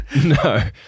No